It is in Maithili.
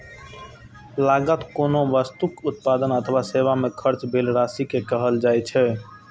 लागत कोनो वस्तुक उत्पादन अथवा सेवा मे खर्च भेल राशि कें कहल जाइ छै